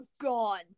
gone